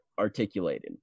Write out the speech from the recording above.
Articulated